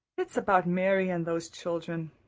it's about mary and those children.